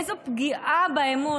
איזו פגיעה באמון.